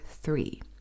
three